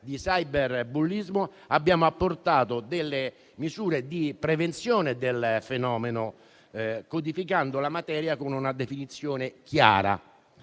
di cyberbullismo, abbiamo apportato delle misure di prevenzione del fenomeno, codificando la materia con una definizione chiara.